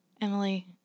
Emily